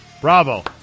Bravo